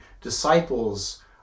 disciples